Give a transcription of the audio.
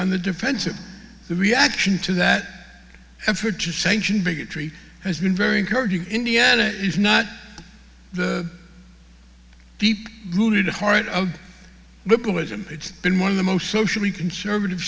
on the defensive the reaction to that effort to sanction bigotry has been very encouraging indiana is not the deep rooted heart of liberalism it's been one of the most socially conservative